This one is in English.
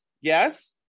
Yes